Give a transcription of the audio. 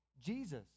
Jesus